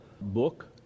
book